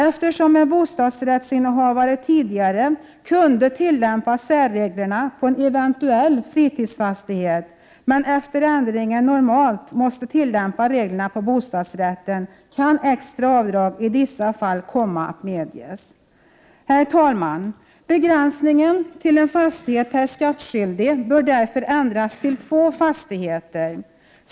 Eftersom en bostadsrättsinnehavare tidigare kunde tillämpa särreglerna på en eventuell fritidsfastighet men efter ändringen normalt måste tillämpa reglerna på bostadsrätten, kan extra avdrag i vissa fall komma att medges. Herr talman! När det gäller begränsningen till en fastighet per skattskyldig bör man ändra till två fastigheter.